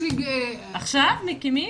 עכשיו מקימים?